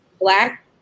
black